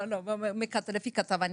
לא, אני הולכת לפי הכתבה.